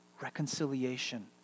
reconciliation